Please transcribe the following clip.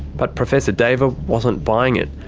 but professor deva wasn't buying it.